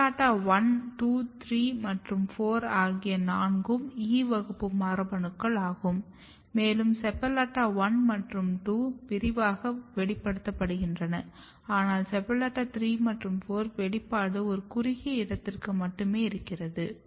SEPALLATA1 2 3 மற்றும் 4 ஆகிய நான்கும் E வகுப்பு மரபணுக்கள் ஆகும் மேலும் SEPALLATA1 மற்றும் 2 விரிவாக வெளிப்படுத்தப்படுகின்றன ஆனால் SEPALLATA3 மற்றும் 4 வெளிப்பாடு ஒரு குறுகிய இடத்திற்கு மட்டுமே இருக்கிறது